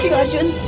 yeah arjun